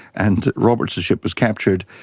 and roberts' ship was captured.